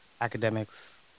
academics